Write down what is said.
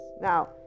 now